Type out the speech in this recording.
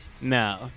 No